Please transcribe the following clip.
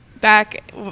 back